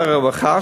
שר הרווחה,